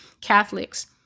Catholics